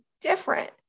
different